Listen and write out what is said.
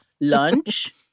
Lunch